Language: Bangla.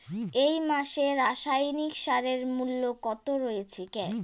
এই মাসে রাসায়নিক সারের মূল্য কত রয়েছে?